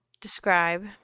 describe